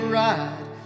ride